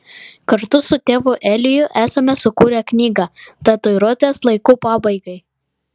kartu su tėvu eliju esame sukūrę knygą tatuiruotės laikų pabaigai